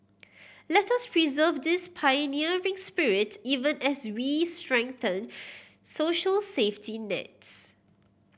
let us preserve this pioneering spirit even as we strengthen social safety nets